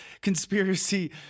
conspiracy